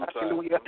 Hallelujah